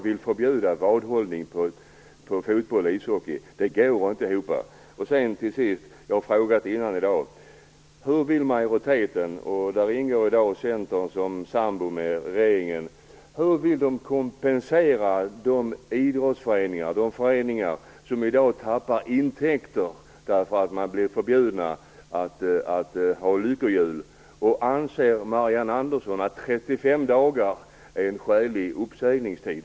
Det går inte ihop. Till sist vill jag ta upp en fråga som jag har ställt tidigare i dag. Hur vill majoriteten - där ingår ju Centern som sambo med regeringen - kompensera de föreningar som tappar intäkter därför att de blir förbjudna att ha lyckohjul? Anser Marianne Andersson att 35 dagar är en skälig uppsägningstid?